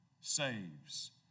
saves